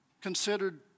considered